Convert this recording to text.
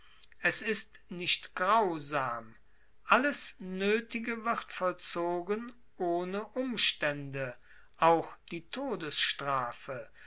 es ist nicht grausam alles noetige wird vollzogen ohne umstaende auch die todesstrafe